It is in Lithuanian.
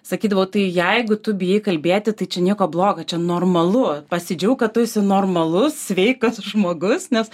sakydavau tai jeigu tu bijai kalbėti tai čia nieko blogo čia normalu pasidžiauk kad tu esi normalus sveikas žmogus nes